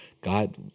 God